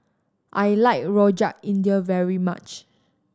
I like Rojak India very much